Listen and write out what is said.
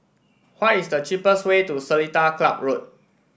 what is the cheapest way to Seletar Club Road